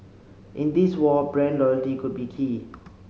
in this war brand loyalty could be key